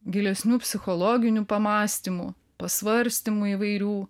gilesnių psichologinių pamąstymų pasvarstymų įvairių